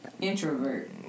introvert